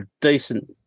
decent